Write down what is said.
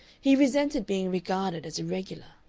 he resented being regarded as irregular.